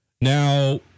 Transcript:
Now